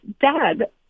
dad